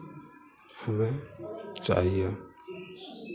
हमें चाहिए